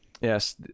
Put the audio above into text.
Yes